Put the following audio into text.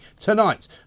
tonight